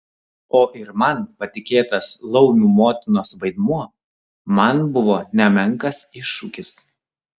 o ir man patikėtas laumių motinos vaidmuo man buvo nemenkas iššūkis